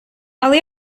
але